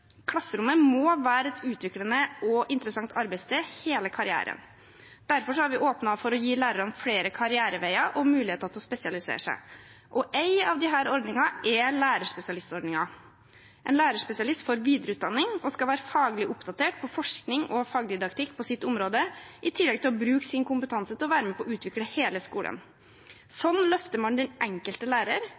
Klasserommet må være et utviklende og interessant arbeidssted, hele karrieren. Derfor har vi åpnet for å gi lærerne flere karriereveier og muligheter til å spesialisere seg. Én av disse ordningene er lærerspesialistordningen. En lærerspesialist får videreutdanning og skal være faglig oppdatert på forskning og fagdidaktikk på sitt område i tillegg til å bruke sin kompetanse til å være med på å utvikle hele skolen. Slik løfter man den enkelte lærer